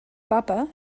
papa